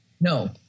No